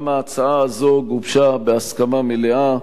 גם ההצעה הזו גובשה בהסכמה מלאה.